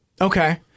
Okay